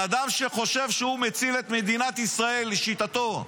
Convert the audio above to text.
בן אדם שחושב שהוא מציל את מדינת ישראל, לשיטתו,